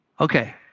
Okay